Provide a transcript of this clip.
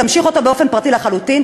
תמשיך אתו באופן פרטי לחלוטין,